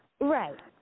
Right